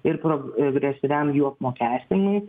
ir pro gresyviam jų apmokestinimui